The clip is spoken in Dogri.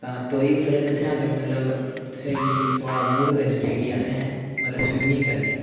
तां तौही पर तुसें अगर मतलब तुसेंगी थुआढ़ा मूड़ करी गेआ कि असें मतलब स्वीमिंग करनी